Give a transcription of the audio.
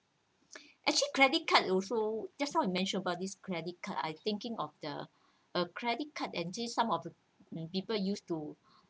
actually credit card also just now you mentioned about this credit card I thinking of the uh credit card and this some of the people used to